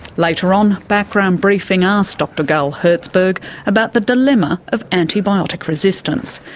later on background briefing asked dr gull herzberg about the dilemma of antibiotic resistance.